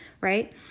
right